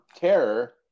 terror